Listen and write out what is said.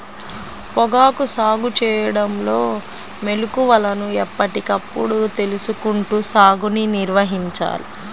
పొగాకు సాగు చేయడంలో మెళుకువలను ఎప్పటికప్పుడు తెలుసుకుంటూ సాగుని నిర్వహించాలి